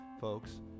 folks